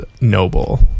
noble